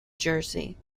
jersey